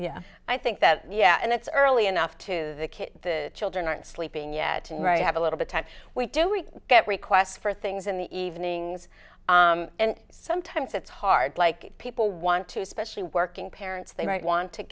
yeah i think that yeah and it's early enough to kid the children aren't sleeping yet right have a little bit we do we get requests for things in the evenings and sometimes it's hard like people want to specially working parents they might want to